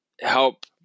help